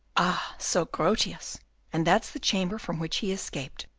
ah! so grotius and that's the chamber from which he escaped.